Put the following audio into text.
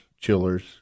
chillers